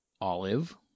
Olive